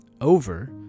over